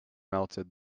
melted